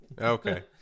Okay